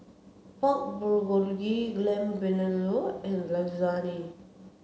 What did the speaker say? Pork Bulgogi Lamb Vindaloo and Lasagne